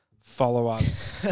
follow-ups